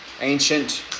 ancient